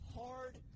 hard